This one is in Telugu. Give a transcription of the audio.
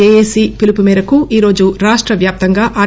జెఎసి పిలుపు మేరకు ఈరోజు రాష్ట వ్యాప్తంగా ఆర్